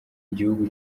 igihugu